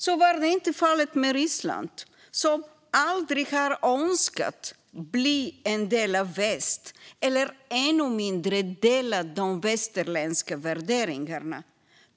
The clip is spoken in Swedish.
Så var inte fallet med Ryssland, som aldrig har önskat att bli en del av väst och ännu mindre delat de västerländska värderingarna.